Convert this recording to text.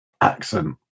accent